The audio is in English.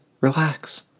relax